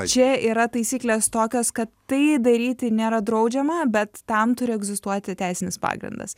čia yra taisyklės tokios kad tai daryti nėra draudžiama bet tam turi egzistuoti teisinis pagrindas